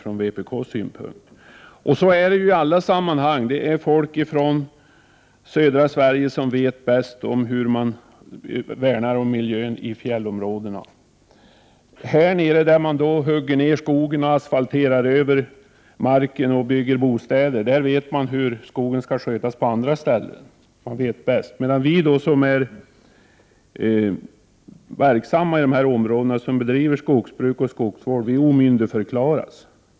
På samma sätt är det ju i alla sammanhang: det är folk från södra Sverige som vet bäst hur man värnar miljön i fjällområdena. Här nere, där man hugger ned skogen, asfalterar Prot. 1988/89:112 marken och bygger bostäder, vet man hur skogen på andra ställen bäst skall skötas. Vi som är verksamma i de områden där skogsbruk och skogsvård bedrivs omyndigförklaras.